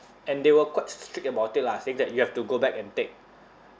and they were quite strict about it lah saying that you have to go back and take